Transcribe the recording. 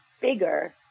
bigger